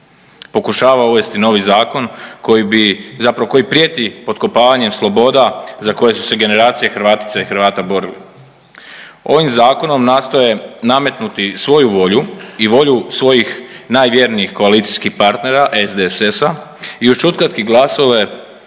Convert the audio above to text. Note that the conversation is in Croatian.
pokušava uvesti novi zakon koji bi, zapravo koji prijeti potkopavanjem sloboda za koje su se generacije Hrvatica i Hrvata borili. Ovim zakonom nastoje nametnuti svoju volju i volju svojih najvjernijih koalicijskih partnera SDSS-a i ušutkati glasove